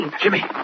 Jimmy